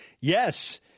Yes